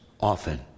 often